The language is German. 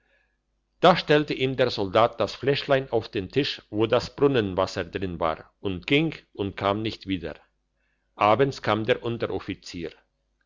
da stellte ihm der soldat das fläschlein auf den tisch wo das brunnenwasser drin war und ging und kam nicht wieder abends kam der unteroffizier